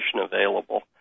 available